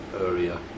area